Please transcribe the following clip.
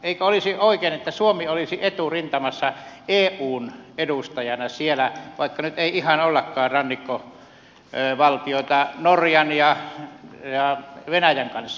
eikö olisi oikein että suomi olisi eturintamassa eun edustajana siellä vaikka nyt ei ihan ollakaan rannikkovaltio norjan ja venäjän kanssa